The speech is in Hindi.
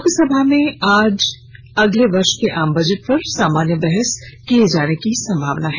लोकसभा में आज अगले वर्ष के आम बजट पर सामान्य बहस किए जाने की संभावना है